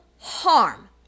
harm